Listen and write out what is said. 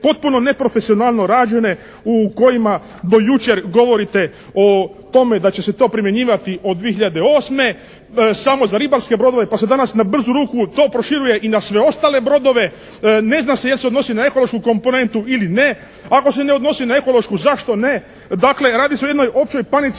potpuno neprofesionalno rađene u kojima do jučer govorite o tome da će se to primjenjivati od 2008. samo za ribarske brodove pa se danas na brzu ruku to proširuje i na sve ostale brodove. Ne zna se je li se odnosi na ekološku komponentu ili ne? Ako se ne odnosi na ekološku zašto ne? Dakle radi se o jednoj općoj panici